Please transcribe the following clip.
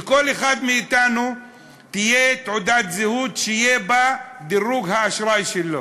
לכל אחד מאתנו תהיה תעודת זהות שיהיה בה דירוג האשראי שלו.